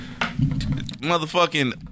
motherfucking